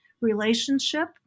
relationship